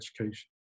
education